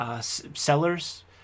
sellers